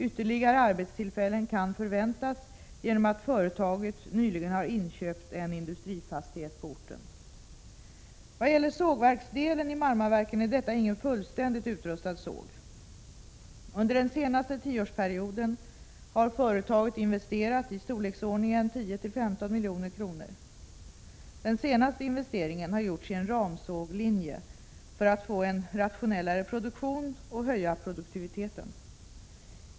Ytterligare arbetstillfällen kan förväntas genom att företaget nyligen har inköpt en industrifastighet på orten. Vad gäller sågverksdelen i Marmaverken är detta ingen fullständigt utrustad såg. Under den senaste tioårsperioden har företaget investerat i 121 storleksordningen 10—15 milj.kr. Den senaste investeringen har gjorts i en ramsåglinje för att få en rationellare produktion och höja produktiviteten.